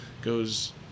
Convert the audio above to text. goes